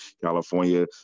California